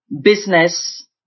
business